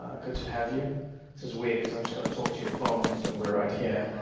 and good to have you. this is weird cause i'm just gonna talk to your phones and we're right here.